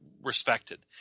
respected